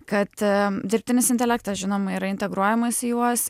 kad dirbtinis intelektas žinoma yra integruojamas į juos